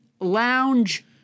lounge